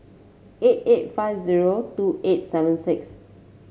eight eight five zero two eight seven six